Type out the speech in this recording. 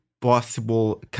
possible